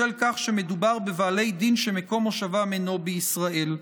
בשל כך שמדובר בבעלי דין שמקום מושבם אינו בישראל.